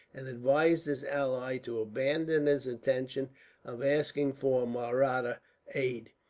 and advised his ally to abandon his intention of asking for mahratta aid,